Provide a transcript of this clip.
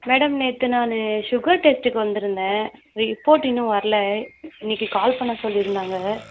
madam நேற்று நான் sugar டெஸ்ட்டுக்கு வந்திருந்தேன் ரிப்போர்ட் இன்னும் வரல இன்னைக்கி கால் பண்ண சொல்லியிருந்தாங்க